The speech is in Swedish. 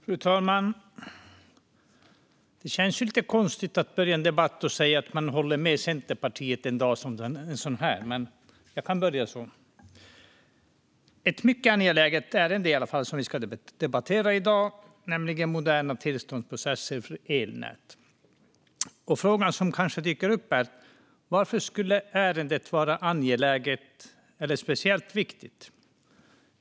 Fru talman! Det känns lite konstigt att börja med att säga att man håller med Centerpartiet i en debatt en dag som den här, men jag kan börja så. Det är ett mycket angeläget ärende som vi debatterar nu, nämligen moderna tillståndsprocesser för elnät. Frågan som kanske dyker upp är varför det ärendet skulle vara angeläget eller särskilt viktigt.